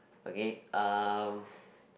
okay um